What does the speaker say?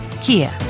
Kia